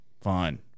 Fine